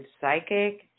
psychic